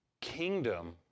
Kingdom